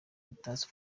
bitatse